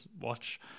watch